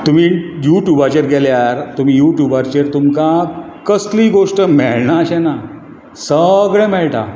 तुमी युट्यूबाचेर गेल्यार तुमी युट्यूबाचेर तुमकां कसली गोश्ट मेळना अशें ना सगळें मेळटा